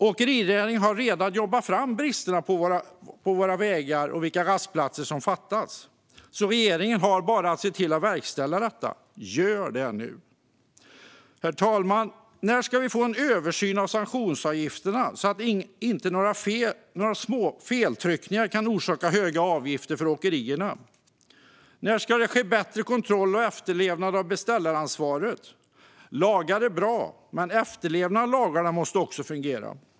Åkerinäringen har redan jobbat fram var bristerna på våra vägar finns och vilka rastplatser som fattas, så regeringen har bara att se till att verkställa detta. Gör det nu! Herr talman! När ska vi få en översyn av sanktionsavgifterna, så att inte några feltryckningar kan orsaka höga avgifter för åkerierna? När ska det ske bättre kontroll och efterlevnad av beställaransvaret? Lagar är bra, men efterlevnaden av lagarna måste också fungera.